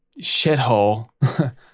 shithole